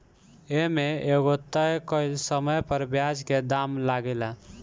ए में एगो तय कइल समय पर ब्याज के दाम लागेला